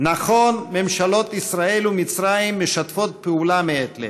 נכון, ממשלות ישראל ומצרים משתפות פעולה מעת לעת,